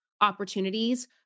opportunities